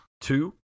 two